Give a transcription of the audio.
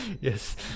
Yes